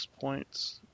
points